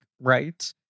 right